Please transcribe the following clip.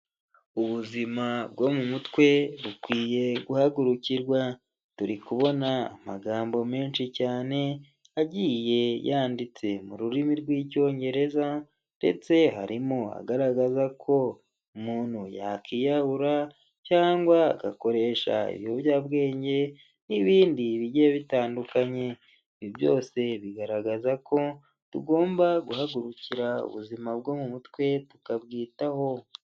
Ubuzima bwo mu mutwe bukwiye guhagurukirwa turi kubona amagambo menshi cyane agiye yanditse mu rurimi rw'icyongereza ndetse harimo agaragaza ko umuntu yakiyahura cyangwa agakoresha ibiyobyabwenge n'ibindi bigiye bitandukanye ibyo byose bigaragaza ko tugomba guhagurukira ubuzima bwo mu mutwe tukabyitaho.